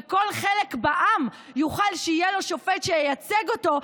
ולכל חלק בעם יהיה שופט שייצג אותו,